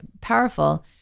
powerful